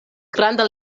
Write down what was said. granda